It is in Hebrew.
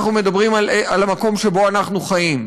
אנחנו מדברים על המקום שבו אנחנו חיים.